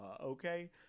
okay